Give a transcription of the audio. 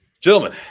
gentlemen